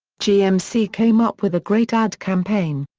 gmc came up with a great ad campaign.